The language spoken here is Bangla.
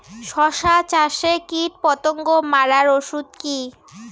শসা চাষে কীটপতঙ্গ মারার ওষুধ কি?